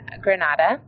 Granada